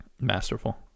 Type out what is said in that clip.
masterful